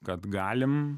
kad galime